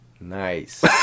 Nice